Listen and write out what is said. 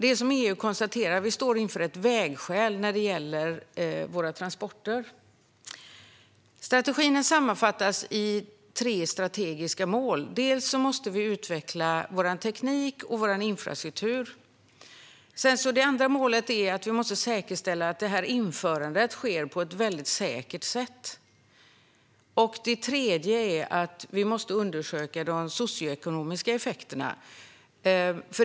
Det är som EU konstaterar: Vi står inför ett vägskäl när det gäller våra transporter. Strategin sammanfattas i tre strategiska mål. Det första är att vi måste utveckla vår teknik och vår infrastruktur. Det andra målet är att vi måste säkerställa att införandet sker på ett säkert sätt. Det tredje är att vi måste undersöka de socioekonomiska effekterna.